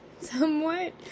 somewhat